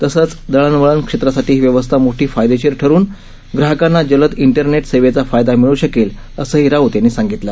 तसंच दळणवळण क्षेत्रासाठी ही व्यवस्था मोठी फायदेशीर ठरुन ग्राहकांना जलद इंटरनेट सेवेचा फायदा मिळू शकेल असंही राऊत यांनी सांगितलं